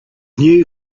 new